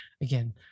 again